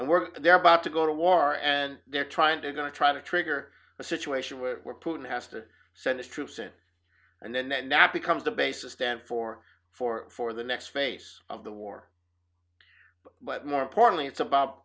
and we're they're about to go to war and they're trying to going to try to trigger a situation where we're putin has to send its troops in and then not becomes the basis stand for for for the next face of the war but more importantly it's about